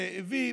שהביא,